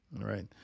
right